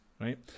right